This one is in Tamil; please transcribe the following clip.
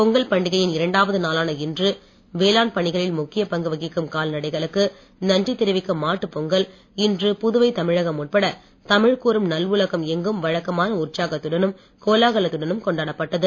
பொங்கல் பண்டிகையின் இரண்டாவது நாளான இன்று வேளாண் பணிகளில் முக்கியப் பங்கு வகிக்கும் கால்நடைகளுக்கு நன்றி தெரிவிக்கும் மாட்டுப் பொங்கல் இன்று புதுவை தமிழகம் உட்பட தமிழ் கூறும் நல் உலகம் எங்கும் வழக்கமான உற்சாகத்துடனும் கோலாகலத்துடனும் கொண்டாடப்பட்டது